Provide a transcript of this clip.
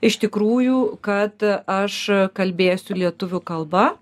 iš tikrųjų kad aš kalbėsiu lietuvių kalba